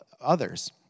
others